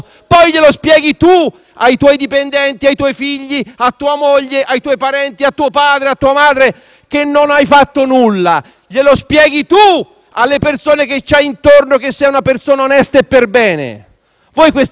ai tuoi dipendenti, ai tuoi figli, a tua moglie, ai tuoi parenti, a tuo padre o a tua madre che non hai fatto nulla. Glielo spieghi tu a chi hai intorno che sei una persona onesta e perbene. Voi questa cosa non la volete: